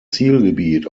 zielgebiet